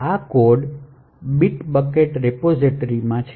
આ code Bitbucket રિપોઝિટરીમાં છે